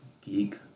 Geek